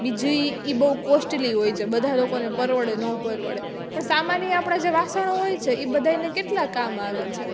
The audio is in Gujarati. બીજી ઈ બઉ કોસ્ટલી હોય છે બધા લોકોને પરવડે નો પરવડે પણ સામાન્ય આપણાં જે વાસણો હોય છે ઈ બધાંયને કેટલા કામ આવે છે